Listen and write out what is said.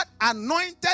Anointed